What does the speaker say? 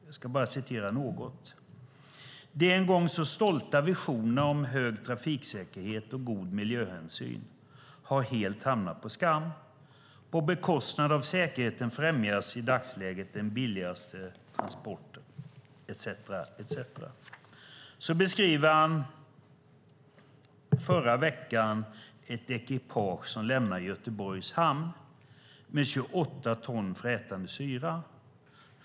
Han skriver bland annat: "De en gång så stolta visioner om hög trafiksäkerhet och god miljöhänsyn, har helt hamnat på skam. På bekostnad av säkerheten främjas i dagsläget billigaste transporten." Han beskriver ett ekipage som förra veckan lämnade Göteborgs hamn med 28 ton frätande syra.